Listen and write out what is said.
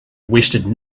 wasted